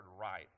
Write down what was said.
right